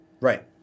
Right